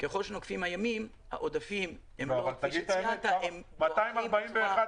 ככל שנוקפים הימים העודפים הם לא כפי שציינת.